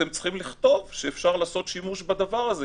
אתם צריכים לכתוב שאפשר לעשות שימוש בדבר הזה,